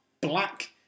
black